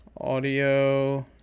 Audio